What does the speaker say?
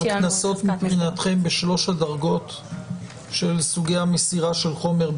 הקנסות מבחינתכם ב-3 הדרגות של סוגי המסירה של חומר,